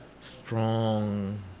strong